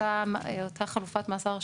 אותה חלופת מאסר,